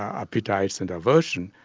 appetites and aversion,